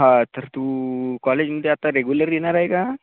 हा तर तू कॉलेजमध्ये आता रेगुलर येणार आहे का